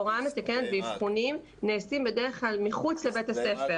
הוראה מתקנת ואבחונים נעשים בדרך כלל מחוץ לבית הספר.